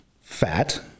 fat